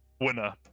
winner